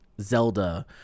Zelda